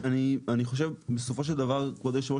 אני חושב בסופו של דבר כבוד היושב הראש,